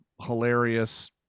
hilarious